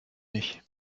nicht